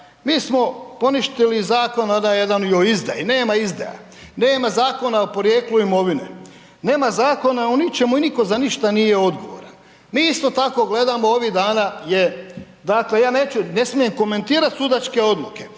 se ne razumije./... i o izdaji, nema izdaja, nema zakona o porijeklu imovine, nema zakona o ničemu i niko za ništa nije odgovoran. Mi isto tako gledamo ovih dana je dakle, ja ne smijem komentirat sudačke odluke